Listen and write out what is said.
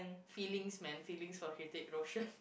feelings man feelings or headache emotion